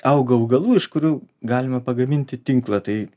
auga augalų iš kurių galima pagaminti tinklą tai